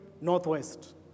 northwest